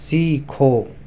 سیکھو